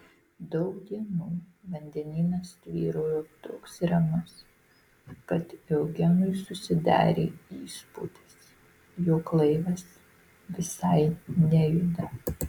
daug dienų vandenynas tvyrojo toks ramus kad eugenui susidarė įspūdis jog laivas visai nejuda